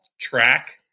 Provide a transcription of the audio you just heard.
track